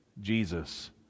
Jesus